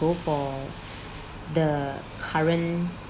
go for the current